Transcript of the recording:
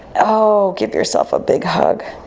oh, give yourself a big hug.